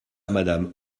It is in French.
madame